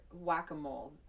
whack-a-mole